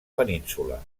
península